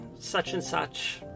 such-and-such